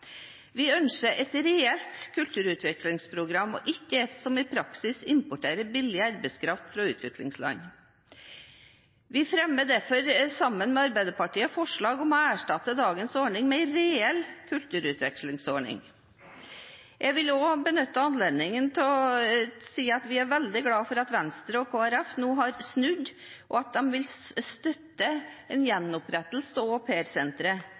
Vi ønsker et reelt kulturutvekslingsprogram og ikke ett som i praksis importerer billig arbeidskraft fra utviklingsland. Vi fremmer derfor, sammen med Arbeiderpartiet, forslag om å erstatte dagens ordning med en reell kulturutvekslingsordning. Jeg vil også benytte anledningen til å si at vi er veldig glade for at Venstre og Kristelig Folkeparti nå har snudd og vil støtte en